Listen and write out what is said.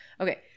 Okay